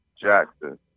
Jackson